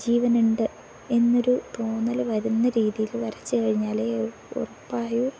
ജീവനുണ്ട് എന്നൊരു തോന്നൽ വരുന്ന രീതിയിൽ വരച്ചു കഴിഞ്ഞാൽ ഉറപ്പായും